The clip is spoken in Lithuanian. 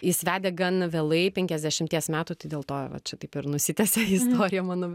jis vedė gan vėlai penkiasdešimties metų tai dėl to va čia taip ir nusitęsia istorija mano